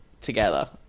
together